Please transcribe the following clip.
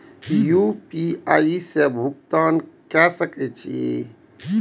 UPI से भुगतान क सके छी?